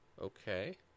okay